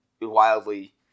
wildly